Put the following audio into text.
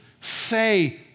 say